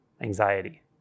Anxiety